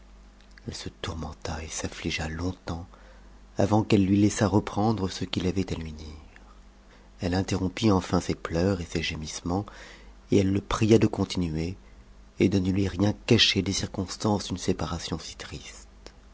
elle se tourmenta et s'amigea longtemps avant qu'elle lui laissât reprendre ce qu'il avait à lui dire elle interrompit ensn ses pleurs et ses gémissements et elle le pria de continuer et de ne lui rien cacher des circonstances d'une séparation si triste